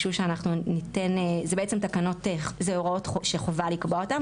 אלו בעצם הוראות שחובה לקבוע אותן,